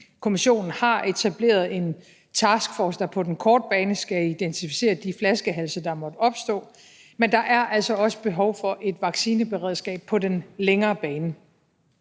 Kommissionen har etableret en taskforce, der på den korte bane skal identificere de flaskehalse, der måtte opstå, men der er altså også behov for et vaccineberedskab på den længere bane.